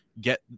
get